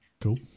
Cool